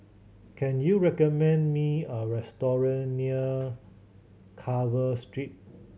can you recommend me a restaurant near Carver Street